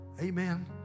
Amen